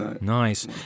nice